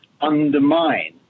undermine